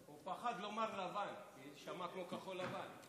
הוא פחד לומר לבן, כי זה יישמע כמו כחול לבן.